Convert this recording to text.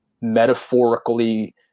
metaphorically